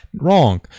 Wrong